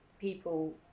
people